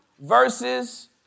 verses